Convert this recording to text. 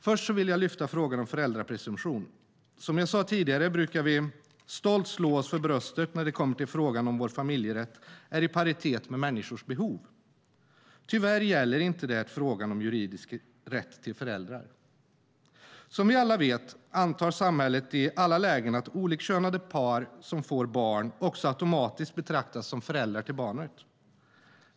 Först vill jag lyfta frågan om föräldrapresumtion. Som jag sade tidigare brukar vi stolt slå oss för bröstet när det kommer till frågan om vår familjerätt är i paritet med människors behov. Tyvärr gäller inte det frågan om juridisk rätt till föräldrar. Som vi alla vet antar samhället i alla lägen att olikkönade par som får barn också automatiskt betraktas som föräldrar till barnet.